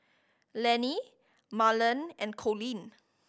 Lanny Marlen and Colleen